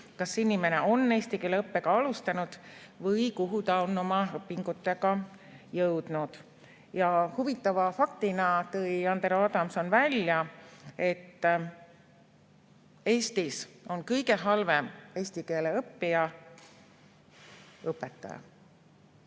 kas inimene on eesti keele õppega alustanud või kuhu ta on oma õpingutega jõudnud. Huvitava faktina tõi Andero Adamson välja, et Eestis on kõige halvem eesti keele õppija õpetaja.